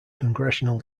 congressional